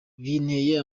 binteye